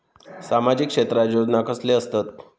सामाजिक क्षेत्रात योजना कसले असतत?